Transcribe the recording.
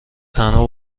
تنها